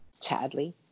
Chadley